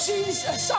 Jesus